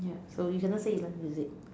ya so you cannot say you like music